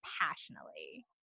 passionately